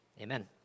amen